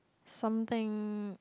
something